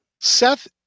seth